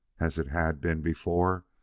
as it had been before,